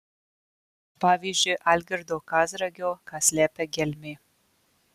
pavyzdžiui algirdo kazragio ką slepia gelmė